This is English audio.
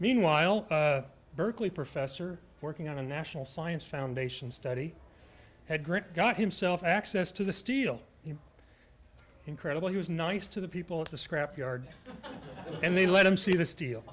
meanwhile berkeley professor working on a national science foundation study hedrick got himself access to the steel he incredible he was nice to the people at the scrap yard and they let him see the steel